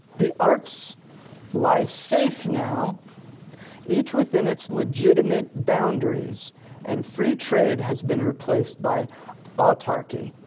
the arts lie safe now each within its legitimate boundaries and free trade has been replaced by autarchy,